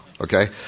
okay